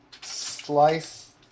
slice